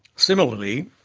similarly,